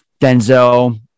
Denzel